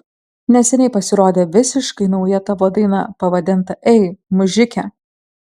neseniai pasirodė visiškai nauja tavo daina pavadinta ei mužike